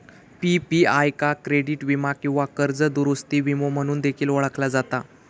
PPI का credit वीमा किंवा कर्ज दुरूस्ती विमो म्हणून देखील ओळखला जाता